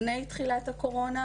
לפני תחילת הקורונה.